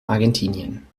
argentinien